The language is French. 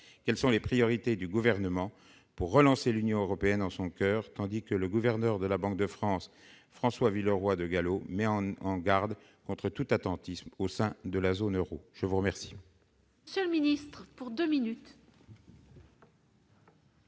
quelles sont les priorités du gouvernement pour relancer l'Union européenne en son coeur, tandis que le gouverneur de la Banque de France, François Villeroy de Galhau, mais en en garde contre tout attentisme au sein de la zone Euro, je vous remercie.